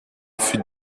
fut